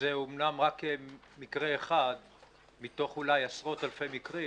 זה אמנם רק מקרה אחד מתוך אולי עשרות אלפי מקרים